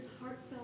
heartfelt